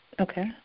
Okay